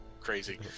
crazy